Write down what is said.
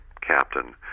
captain